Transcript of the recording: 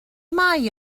mae